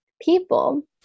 people